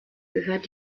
gehört